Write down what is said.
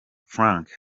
frank